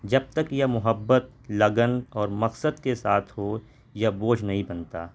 جب تک یہ محبت لگن اور مقصد کے ساتھ ہو یہ بوجھ نہیں بنتا